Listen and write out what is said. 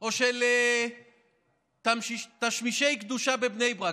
או של תשמישי קדושה בבני ברק.